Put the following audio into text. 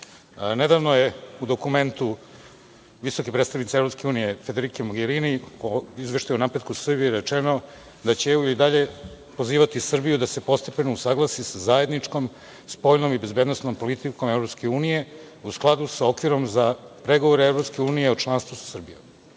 je u dokumentu visoke predstavnice EU Federike Mogerini u Izveštaju o napretku Srbije rečeno da će EU i dalje pozivati Srbiju da se postepeno usaglasi sa zajedničkom spoljnom i bezbednosnom politikom EU u skladu sa okvirom za pregovore EU o članstvu sa Srbijom,